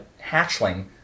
hatchling